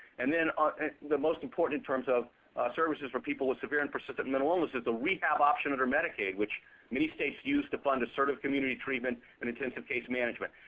and then ah the most important, in terms of services for people with severe and persistent mental illnesses, the rehab option under medicaid, which many states use to fund assertive community treatment and intensive case management.